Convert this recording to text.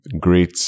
great